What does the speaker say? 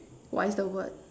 what is the word